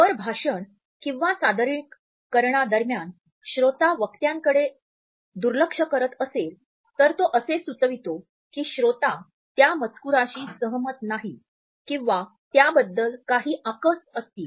जर भाषण किंवा सादरीकरणादरम्यान श्रोता वक्त्याकडे दुर्लक्ष करत असेल तर तो असे सुचवितो की श्रोता त्या मजकूराशी सहमत नाही किंवा त्याबद्दल काही आकस असतील